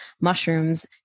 mushrooms